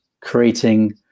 creating